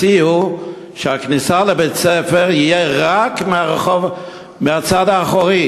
שהכניסה לבית-הספר תהיה רק מהצד האחורי,